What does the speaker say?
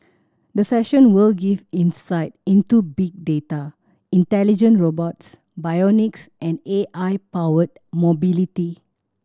the session will give insight into big data intelligent robots bionics and A I powered mobility